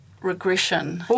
regression